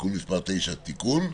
התשפ"א-2020.